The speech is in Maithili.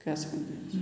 गाछ कम